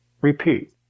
repeat